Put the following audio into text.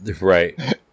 right